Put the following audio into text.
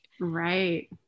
Right